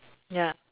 ya